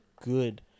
good